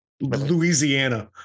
Louisiana